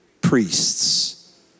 priests